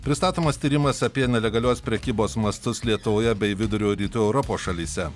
pristatomas tyrimas apie nelegalios prekybos mastus lietuvoje bei vidurio rytų europos šalyse